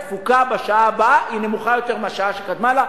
התפוקה בשעה הבאה היא נמוכה יותר מהשעה שקדמה לה,